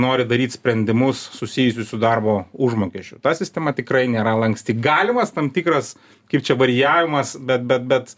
nori daryt sprendimus susijusius su darbo užmokesčiu sistema tikrai nėra lanksti galimas tam tikras kaip čia varijavimas bet bet bet